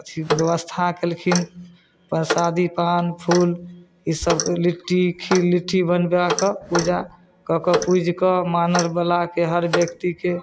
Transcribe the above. अथी बेबस्था केलखिन परसादी पान फूल ई सभके लिट्टी खीर लिट्टी बनबैकऽ पूजा कऽ कऽ पुजिकऽ मानरवलाके हर व्यक्तिके